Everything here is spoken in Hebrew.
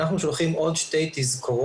אנחנו שולחים עוד שתי תזכורות